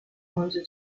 onto